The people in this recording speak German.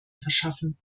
verschaffen